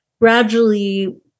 gradually